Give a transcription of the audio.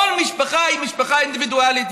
כל משפחה היא משפחה אינדיבידואלית.